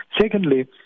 Secondly